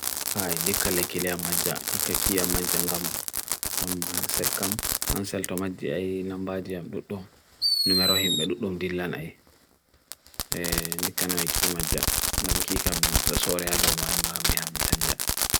kai nika lekile amajak, nika kia amajangam, amansel kam, amansel tomajak ay namajak dutlum, nima rahim, dutlum dilla nai, nika nai kii majak, nam kii kam, sori alo moa ima miha michanjak.